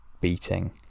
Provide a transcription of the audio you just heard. beating